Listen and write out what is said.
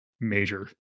major